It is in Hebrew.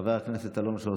חבר הכנסת אלון שוסטר,